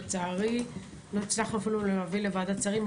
לצערי, לא הצלחנו אפילו להביא אותו לוועדת שרים.